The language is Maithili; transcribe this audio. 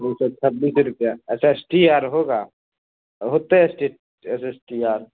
ओ तऽ छब्बीसे रुपैआ अच्छा रजिस्ट्री आर होगा होतै रजिस्ट्री आर